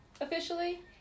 officially